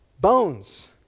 bones